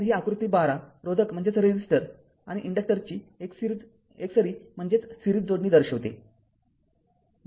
तर ही आकृती १२ रोधक आणि इन्डक्टरची एकसरी जोडणी दर्शविते